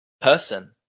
person